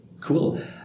cool